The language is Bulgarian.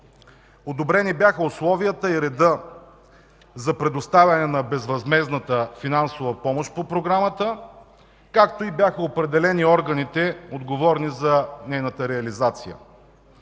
Одобрени бяха условията и редът за предоставяне на безвъзмездната финансова помощ по Програмата, както и бяха определени органите, отговорни за нейната реализация.